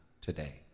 Today